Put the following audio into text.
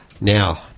Now